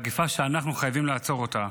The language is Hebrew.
מגפה שאנחנו חייבים לעצור אותה,